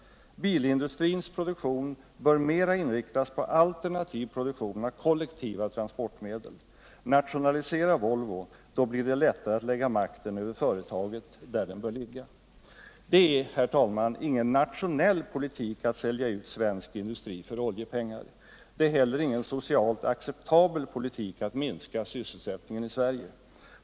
Bilindustrins produktion bör mer inriktas på alternativ produktion av kollektiva transportmedel. Nationalisera Volvo — då blir det lättare att lägga makten över företaget, där den bör ligga! Det är ingen nationell politik att sälja ut svensk industri för oljepengar. Det är heller ingen socialt acceptabel politik att minska sysselsättningen i Sverige.